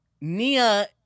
Nia